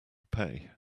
pay